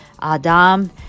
Adam